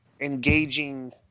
engaging